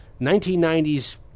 1990s